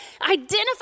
identify